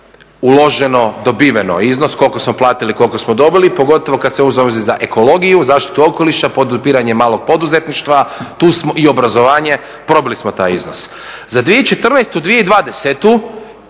uloženo-dobiveno iznos koliko smo platili i koliko smo dobili, pogotovo kad se uzme za ekologiju, zaštitu okoliša, podupiranje malog poduzetništva i obrazovanje, probili smo taj iznos. Za 2014-2020.